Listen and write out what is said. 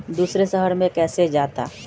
दूसरे शहर मे कैसे जाता?